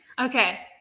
okay